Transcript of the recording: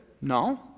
No